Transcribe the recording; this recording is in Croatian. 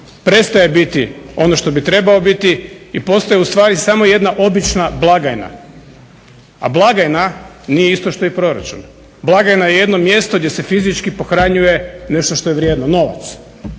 prestaje biti ono što bi trebao biti i postaje ustvari samo jedna obična blagajna, a blagajna nije isto što i proračun. Blagajna je jedno mjesto gdje se fizički pohranjuje nešto što je vrijedno, novac,